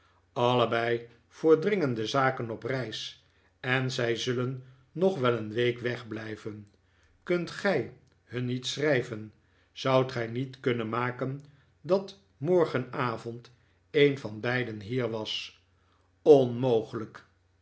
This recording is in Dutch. allebei voor dringende zaken op reis en zij zullen nog wel een week wegblijven kunt gij hun niet schrijven zoudt gij niet kunnen maken dat morgenavond een van beiden hier was onmogelijk